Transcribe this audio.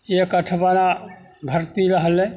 एक अठबारा भर्ती रहलय